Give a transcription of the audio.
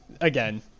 again